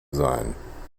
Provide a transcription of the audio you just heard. sein